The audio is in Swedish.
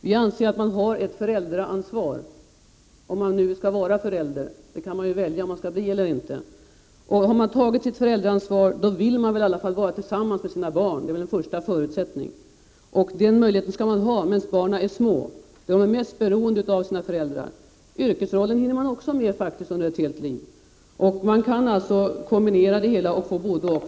Vi anser att man har ett föräldraansvar, om man nu skall vara förälder — man kan ju välja om man vill bli det eller inte. Han man tagit sitt föräldraansvar, då vill man väl i alla fall vara tillsammans med sina barn. Det är den första förutsättningen. Den möjligheten skall man ha medan barnen är små och är mest beroende av sina föräldrar. Yrkesrollen hinner man också med under ett helt liv. Man kan alltså kombinera det hela och få så att säga både-och.